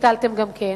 שהטלתם גם כן.